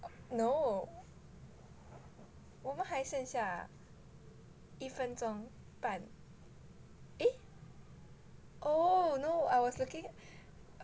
no 我们还剩下一分钟半 eh oh no I was looking